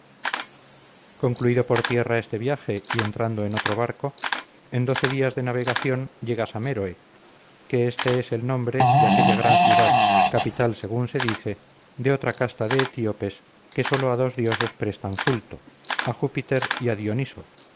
concluido por tierra este viaje y entrando en otro barco en doce días de navegación llegas a méroe que este es el nombre de aquella gran ciudad capital según dice de otra casta de etíopes que solo a dos dioses prestan culto a júpiter y a dioniso